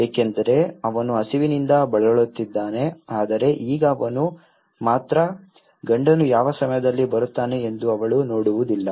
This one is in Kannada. ಏಕೆಂದರೆ ಅವನು ಹಸಿವಿನಿಂದ ಬಳಲುತ್ತಿದ್ದಾನೆ ಆದರೆ ಈಗ ಅವನು ಮಾತ್ರ ಗಂಡನು ಯಾವ ಸಮಯದಲ್ಲಿ ಬರುತ್ತಾನೆ ಎಂದು ಅವಳು ನೋಡುವುದಿಲ್ಲ